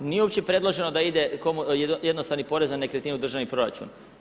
Nije uopće predloženo da ide jednostavni porez na nekretninu u državni proračun.